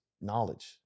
knowledge